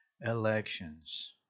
elections